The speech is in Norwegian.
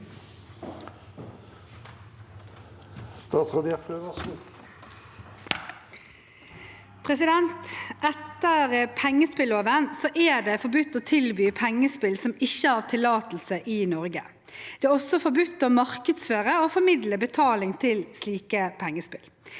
Etter pen- gespilloven er det forbudt å tilby pengespill som ikke har tillatelse i Norge. Det er også forbudt å markedsføre og formidle betaling til slike pengespill.